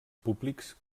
públics